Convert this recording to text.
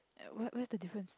ya what what's the difference